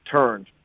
turned